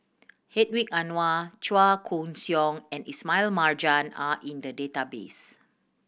Hedwig Anuar Chua Koon Siong and Ismail Marjan are in the database